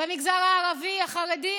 במגזר החרדי,